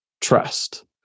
Trust